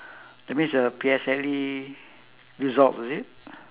that means the P_S_L_E result is it